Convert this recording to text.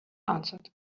answered